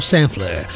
Sampler